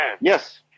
Yes